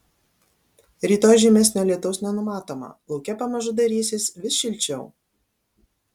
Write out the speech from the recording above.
rytoj žymesnio lietaus nenumatoma lauke pamažu darysis vis šilčiau